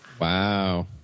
Wow